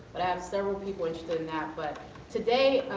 have several people interested in that. but today,